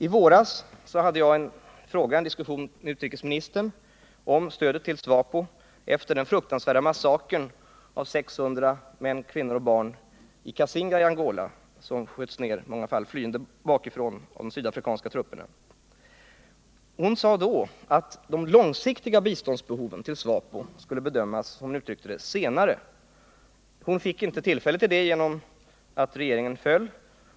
I våras hade jag en diskussion med utrikesminister Karin Söder om stödet till SWAPO efter den fruktansvärda massakern på 600 män, kvinnor och barn i Cassinga i Angola; i många fall sköts de flyende ned bakifrån av de sydafrikanska trupperna. Hon sade då att det långsiktiga behovet av stöd till SWAPO skulle bedömas senare, som hon uttryckte det. Hon fick inte tillfälle till det eftersom regeringen föll.